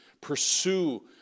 pursue